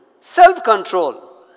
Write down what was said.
self-control